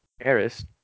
Eris